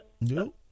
No